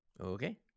Okay